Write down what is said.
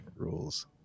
rules